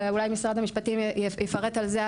ואולי משרד המשפטים יפרט על זה,